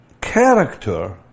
character